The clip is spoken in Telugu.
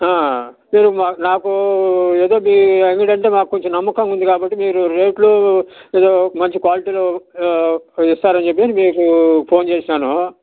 మీరు మాక్ నాకు ఏదో మీ అంగడి అంటే మాకు కొంచం నమ్మకం ఉంది కాబట్టి మీరు రేట్లు ఎదో మంచి క్వాలిటీలో ఇస్తారని చెప్పి మీకు ఫోన్ చేసినాను